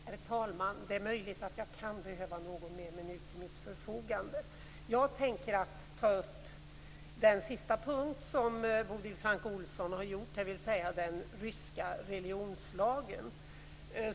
Herr talman! Det är möjligt att jag kan behöva ytterligare någon minut till mitt förfogande. Jag tänker ta upp den sista punkten som Bodil Francke Ohlsson nämnde, dvs. den ryska religionslagen.